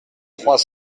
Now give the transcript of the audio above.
trois